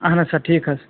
اہَن حظ سَر ٹھیٖک حظ